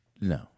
No